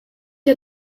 der